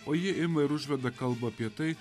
o ji ima ir užveda kalbą apie tai